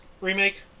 remake